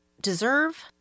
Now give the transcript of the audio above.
deserve